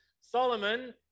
Solomon